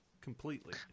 Completely